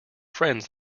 friends